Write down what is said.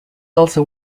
also